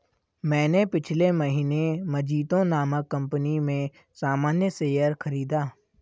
मैंने पिछले महीने मजीतो नामक कंपनी में सामान्य शेयर खरीदा